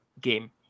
game